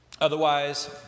Otherwise